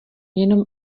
jenom